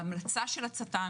ההמלצה של הצט"ם,